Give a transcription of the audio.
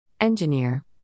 engineer